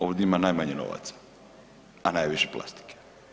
Ovdje ima najmanje novaca, a najviše plastike.